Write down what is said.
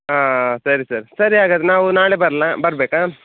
ಹಾಂ ಸರಿ ಸರ್ ಸರಿ ಹಾಗದರೆ ನಾವು ನಾಳೆ ಬರಲಾ ಬರಬೇಕಾ